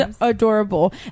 adorable